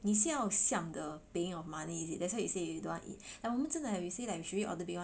你是要 siam the paying of money is it that's why you say you don't want eat like 我们真的了 we say like should we order big one